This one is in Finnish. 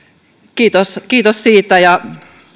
kiitos kiitos siitä ja